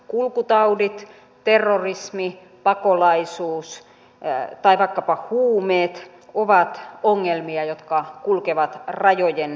kulkutaudit terrorismi pakolaisuus tai vaikkapa huumeet ovat ongelmia jotka kulkevat rajojen yli